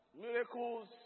miracles